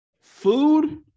food